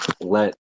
let